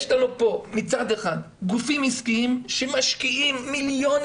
יש לנו פה מצד אחד גופים עסקיים שמשקיעים מיליונים